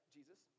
Jesus